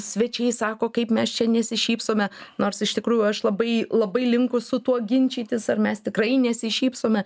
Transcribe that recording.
svečiai sako kaip mes čia nesišypsome nors iš tikrųjų aš labai labai linkus su tuo ginčytis ar mes tikrai nesišypsome